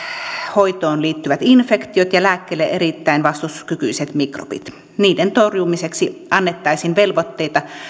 hoitoon liittyvät infektiot ja lääkkeille erittäin vastustuskykyiset mikrobit niiden torjumiseksi annettaisiin velvoitteita